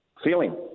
Feeling